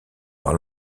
par